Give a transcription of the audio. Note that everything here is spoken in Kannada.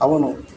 ಅವನು